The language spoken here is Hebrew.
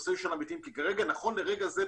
בנושא של המתים כי נכון לרגע זה,